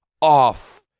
off